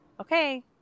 okay